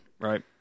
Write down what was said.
Right